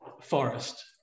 Forest